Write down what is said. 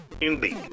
Indeed